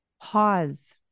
Pause